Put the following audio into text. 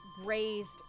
raised